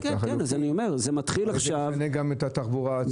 הרי זה ישנה גם את התחבורה הציבורית.